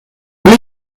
been